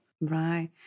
Right